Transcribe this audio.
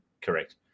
Correct